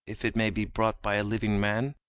if it may be brought by a living man.